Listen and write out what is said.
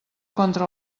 contra